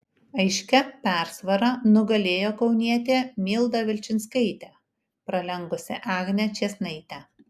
aiškia persvara nugalėjo kaunietė milda vilčinskaitė pralenkusi agnę čėsnaitę